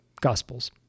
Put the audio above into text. Gospels